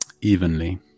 evenly